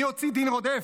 מי הוציא דין רודף.